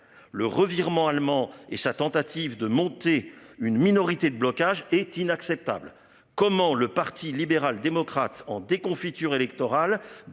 le revirement allemand et sa tentative de monter une minorité de blocage est inacceptable. Comment le Parti libéral démocrate en déconfiture électorale